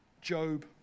Job